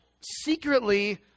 secretly